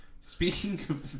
Speaking